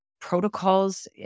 Protocols